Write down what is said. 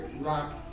rock